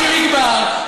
חיליק בר,